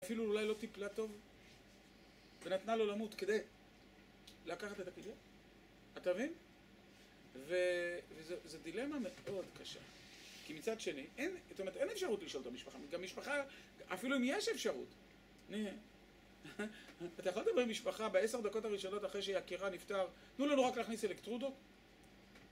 אפילו אולי לא טיפלה טוב, ונתנה לו למות כדי לקחת את הקיג'ו? אתה מבין? וזו דילמה מאוד קשה. כי מצד שני, אין אפשרות לשאול את המשפחה. גם משפחה, אפילו אם יש אפשרות, נהיה. אתה יכול לדבר עם משפחה בעשר דקות הראשונות אחרי שיקירה נפטר, נו לנו רק להכניס אלקטרודות?